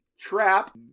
trap